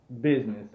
business